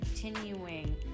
continuing